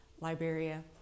Liberia